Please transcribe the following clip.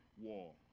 wall